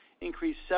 increased